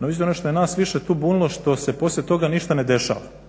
no međutim ono što je nas više tu bolilo što se poslije toga tu više ništa ne dešava.